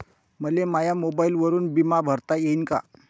मले माया मोबाईलवरून बिमा भरता येईन का?